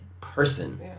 person